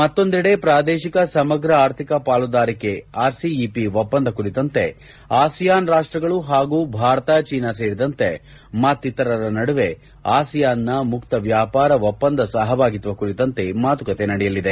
ಮತ್ತೊಂದೆಡೆ ಪ್ರಾದೇಶಿಕ ಸಮಗ್ರ ಆರ್ಥಿಕ ಸಹಭಾಗಿತ್ವ ಆರ್ಸಿಇಪಿ ಒಪ್ಪಂದ ಕುರಿತಂತೆ ಆಸಿಯಾನ್ ರಾಷ್ಟ್ಗಳು ಹಾಗೂ ಭಾರತ ಚೀನಾ ಸೇರಿದಂತೆ ಮತ್ತಿತರರ ನಡುವೆ ಆಸಿಯಾನ್ನ ಮುಕ್ತ ವ್ಯಾಪಾರ ಒಪ್ಸಂದ ಸಹಭಾಗಿತ್ಸ ಕುರಿತಂತೆ ಮಾತುಕತೆ ನಡೆಯಲಿದೆ